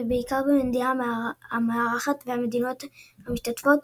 ובעיקר במדינה המארחת והמדינות המשתתפות,